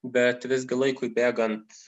bet visgi laikui bėgant